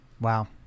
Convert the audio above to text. Wow